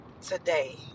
Today